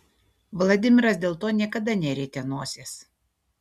vladimiras dėl to niekada nerietė nosies